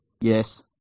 Yes